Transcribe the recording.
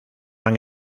han